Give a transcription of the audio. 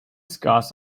scars